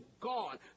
gone